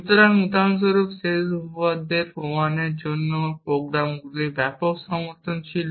সুতরাং উদাহরণ স্বরূপ শেষ উপপাদ্যের প্রমাণের জন্য প্রোগ্রামগুলির ব্যাপক সমর্থন ছিল